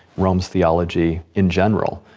rome's theology in general.